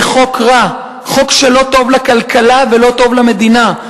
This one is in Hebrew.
זה חוק רע, חוק שלא טוב לכלכלה ולא טוב למדינה.